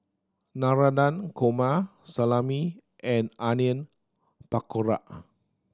Navratan Korma Salami and Onion Pakora